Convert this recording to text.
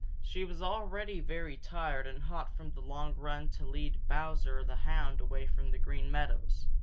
she was already very tired and hot from the long run to lead bowser the hound away from the green meadows.